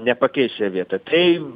nepakeis šioje vietoj tai